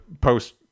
post